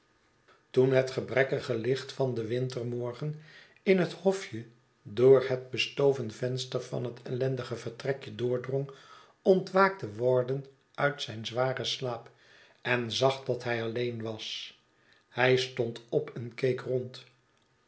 toen het gebrekkige licht van den wintermorgen in het hofje door het bestoven venster van het ellendige vertrekje doordrong ontwaakte warden uit zijn zwaren slaap en zag dat hij alleen was hij stond op en keek rond